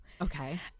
Okay